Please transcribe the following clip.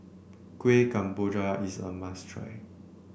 Kuih Kemboja is a must try